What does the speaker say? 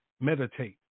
Meditate